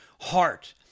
heart